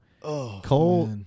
Cole